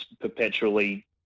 perpetually